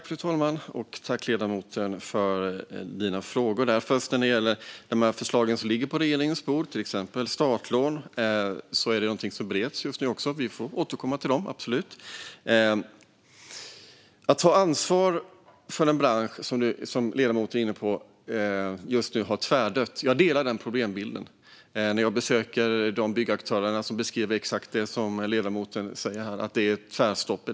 Fru talman! Tack, ledamoten, för dina frågor! När det gäller de förslag som ligger på regeringens bord, till exempel om startlån, bereds även de just nu. Vi får absolut återkomma till dem. Jag delar bilden att vi måste ta ansvar för en bransch som har tvärdött, som ledamoten är inne på. När jag besöker byggaktörer beskriver de exakt det som ledamoten säger här: att det är tvärstopp.